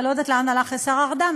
ואני לא יודעת לאן הלך השר ארדן,